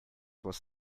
was